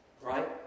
Right